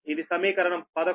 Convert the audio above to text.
ఇది సమీకరణం 11